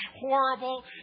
horrible